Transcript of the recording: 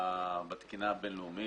הבין-לאומית.